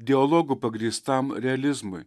dialogu pagrįstam realizmui